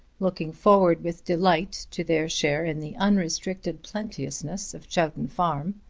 looking forward with delight to their share in the unrestricted plenteousness of chowton farm,